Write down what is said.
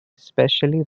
especially